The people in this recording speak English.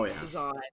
Design